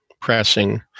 pressing